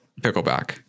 Pickleback